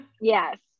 yes